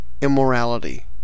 immorality